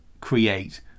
create